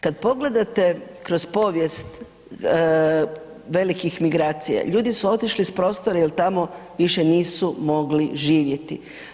Kad pogledate kroz povijest velikih migracija ljudi su otišli s prostora jer tamo više nisu mogli živjeti.